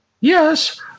Yes